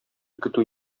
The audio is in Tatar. көтү